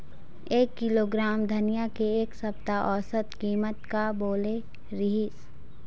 एक किलोग्राम धनिया के एक सप्ता औसत कीमत का बोले रीहिस?